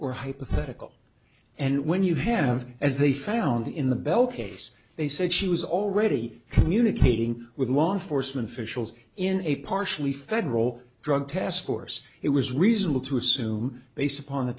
or hypothetical and when you have as they found in the bell case they said she was already communicating with law enforcement officials in a partially federal drug task force it was reasonable to assume based upon the